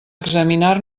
examinar